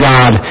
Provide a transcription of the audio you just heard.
God